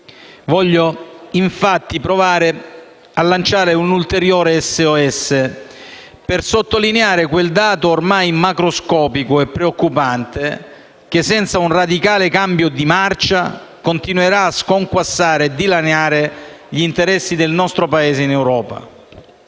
Voglio infatti provare a lanciare un ulteriore SOS per sottolineare quel dato ormai macroscopico e preoccupante che senza un radicale cambio di marcia continuerà a sconquassare e dilaniare gli interessi del nostro Paese in Europa.